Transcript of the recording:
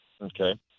Okay